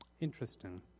Interesting